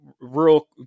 rural